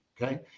Okay